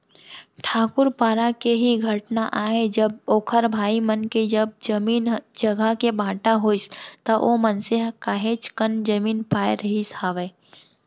ठाकूर पारा के ही घटना आय जब ओखर भाई मन के जब जमीन जघा के बाँटा होइस त ओ मनसे ह काहेच कन जमीन पाय रहिस हावय